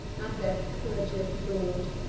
and their perjur'd lord.